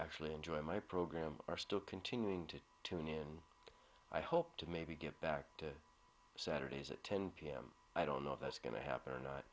actually enjoy my program are still continuing to tune in i hope to maybe get back to saturdays at ten pm i don't know if that's going to happen or not